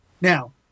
Now